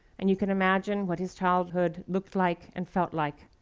and you can imagine what his childhood looked like and felt like,